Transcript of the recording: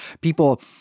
people